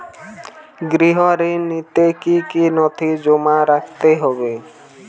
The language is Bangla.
গৃহ ঋণ নিতে কি কি নথি জমা রাখতে হবে?